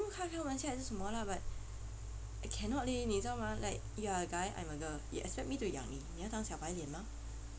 不知道他开玩笑还是什么啦 but I caanot leh 你知道吗 you're a guy I'm a girl you expect me to 养你你要当小白脸吗